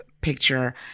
Picture